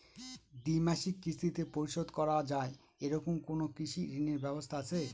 দ্বিমাসিক কিস্তিতে পরিশোধ করা য়ায় এরকম কোনো কৃষি ঋণের ব্যবস্থা আছে?